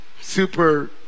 super